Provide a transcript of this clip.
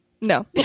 no